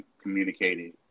communicated